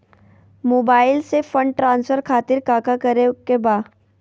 Mobile से fund transfer खातिर काका करे के बा?